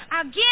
Again